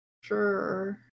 Sure